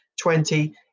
twenty